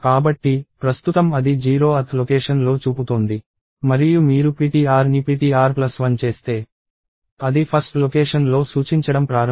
కాబట్టి ప్రస్తుతం అది 0th లొకేషన్ లో చూపుతోంది మరియు మీరు ptr ని ptr1 చేస్తే అది 1st లొకేషన్ లో సూచించడం ప్రారంభిస్తుంది